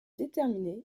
déterminé